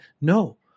no